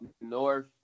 north